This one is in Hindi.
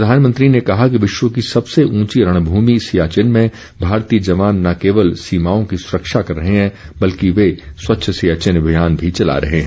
प्रधानमंत्री ने कहा कि विश्व की सबसे ऊंची रणभूमि सियाचीन में भारतीय जवान न केवल सीमाओं की रक्षा कर रहे हैं बल्कि वे स्वच्छ सियाचीन अभियान भी चला रहे हैं